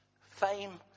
fame